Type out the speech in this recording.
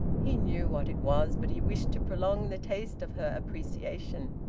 he knew what it was, but he wished to prolong the taste of her appreciation.